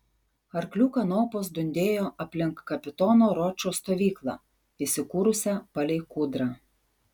arklių kanopos dundėjo aplink kapitono ročo stovyklą įsikūrusią palei kūdrą